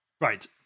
Right